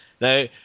Now